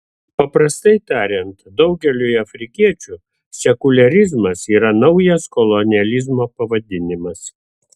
paprastai tariant daugeliui afrikiečių sekuliarizmas yra naujas kolonializmo pavadinimas